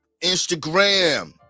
Instagram